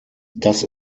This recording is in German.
das